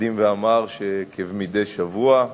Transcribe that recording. שהקדים ואמר כי מדי שבוע,